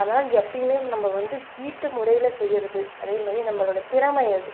அதனால்எப்பையுமே நம்ம வந்து வீட்டு முறையில் செய்கிறது அதேமாதிரி நம்மளோடய திறமை அது